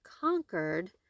conquered